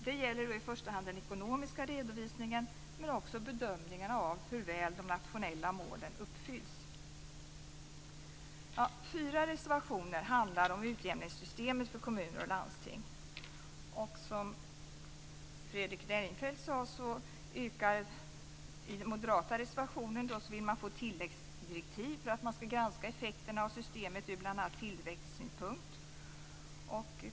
Det gäller i första hand den ekonomiska redovisningen, men också bedömningarna av hur väl de nationella målen uppfylls. Fyra reservationer handlar om utjämningssystemet för kommuner och landsting. Som Fredrik Reinfeldt sade yrkar man i den moderata reservationen på tilläggsdirektiv när det gäller att granska effekterna av systemet bl.a. ur tillväxtsynpunkt.